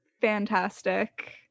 fantastic